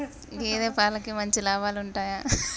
గేదే పాలకి మంచి లాభాలు ఉంటయా?